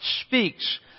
speaks